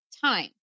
time